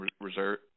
reserve